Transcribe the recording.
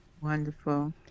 Wonderful